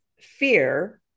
fear